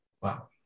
Wow